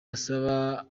asaba